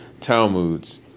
Talmuds